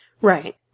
Right